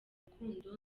rukundo